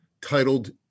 titled